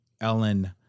Ellen